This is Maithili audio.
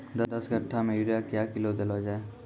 दस कट्ठा मे यूरिया क्या किलो देलो जाय?